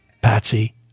Patsy